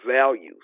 values